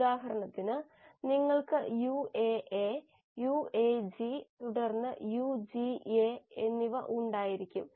ഉദാഹരണത്തിന് നിങ്ങൾക്ക് UAA UAG തുടർന്ന് UGA എന്നിവ ഉണ്ടായിരിക്കും